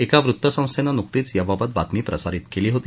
एका वृत्तसंस्थेनं नुकतीच याबाबत बातमी प्रसारित केली होती